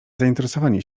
zainteresowanie